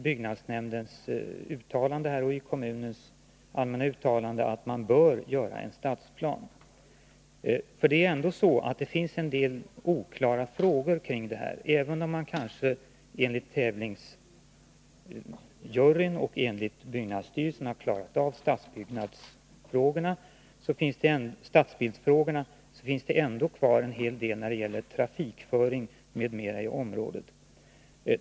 Byggnadsnämnden har därför skrivit, och det står också i kommunens allmänna uttalande, att det bör göras en stadsplan. Det finns ändå en del oklara frågor kring det här. Även om man enligt tävlingsjuryn och enligt byggnadsstyrelsen har klarat av stadsbildsfrågorna, återstår ändå en hel del när det gäller trafikföring m.m. i området.